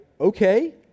okay